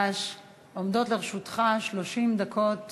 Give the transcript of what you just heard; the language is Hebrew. עומדות לרשותך 30 דקות